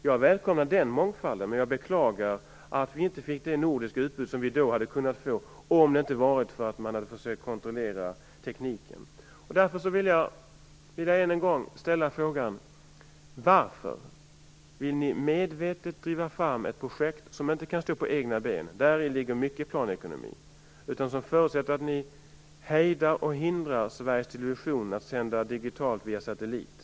Jag välkomnar den mångfalden, men jag beklagar att vi inte fick det nordiska utbyte som vi då hade kunnat få, om man inte hade försökt kontrollera tekniken. Jag vill än en gång ställa frågan: Varför vill ni medvetet driva fram ett projekt som inte kan stå på egna ben - däri ligger mycket planekonomi - utan som förutsätter att ni hejdar och hindrar Sveriges Television att sända digitalt via satellit?